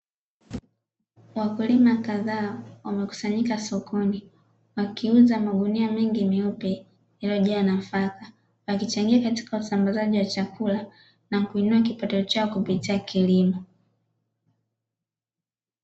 Wakulima kadhaa wamekusanyika sokoni wakiuza magunia mengi meupe yaliyo jaa nafaka, wakichangia katika usambazaji wa chakula na kuinua kipato chao kupitia kilimo.